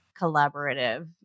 collaborative